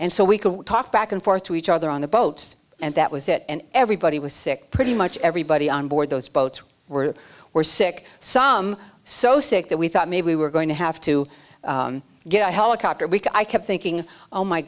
and so we could talk back and forth to each other on the boat and that was it and everybody was sick pretty much everybody on board those boats were were sick some so sick that we thought maybe we were going to have to get a helicopter week i kept thinking oh my